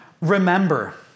remember